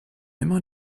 immer